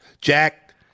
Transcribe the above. Jack